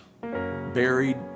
buried